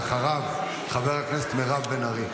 אחריו, חברת הכנסת מירב בן ארי.